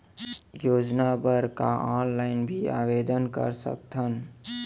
योजना बर का ऑनलाइन भी आवेदन कर सकथन?